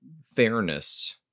fairness